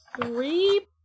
three